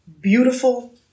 beautiful